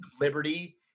liberty